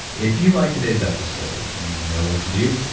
if you liked today episode, you know what to do.